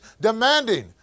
demanding